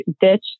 ditch